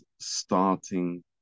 starting